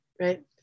right